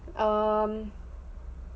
um